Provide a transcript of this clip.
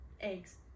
eggs